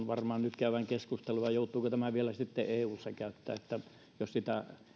varmaan nyt käydään keskustelua joutuuko tämän vielä sitten eussa käyttämään jos sitä